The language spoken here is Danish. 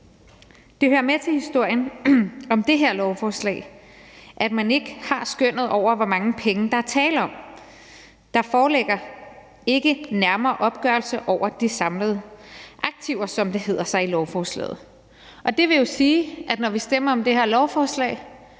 Det hører med til historien om det her lovforslag, at man ikke har skønnet over, hvor mange penge der er tale om. Der foreligger ikke nærmere opgørelse over de samlede aktiver, som det hedder sig i lovforslaget. Det vil jo sige, at når vi stemmer om det her lovforslag,